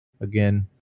again